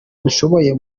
dushoboye